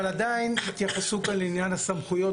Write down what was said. אבל עדיין התייחסות על עניין הסמכויות